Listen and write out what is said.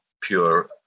pure